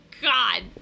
God